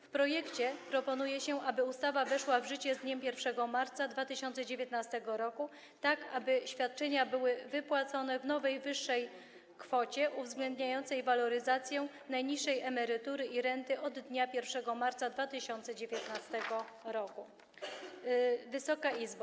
W projekcie proponuje się, aby ustawa weszła w życie z dniem 1 marca 2019 r., tak aby świadczenia były wypłacone w nowej, wyższej kwocie, uwzględniającej waloryzację najniższej emerytury i renty od dnia 1 marca 2019 r. Wysoka Izbo!